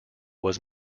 was